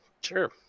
Sure